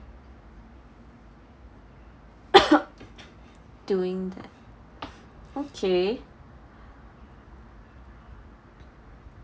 doing that okay